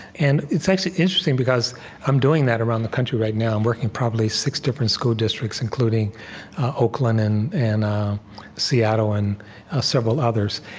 and it's interesting, because i'm doing that around the country right now i'm working probably six different school districts, including oakland and and seattle and ah several others.